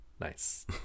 Nice